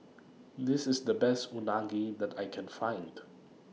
This IS The Best Unagi that I Can Find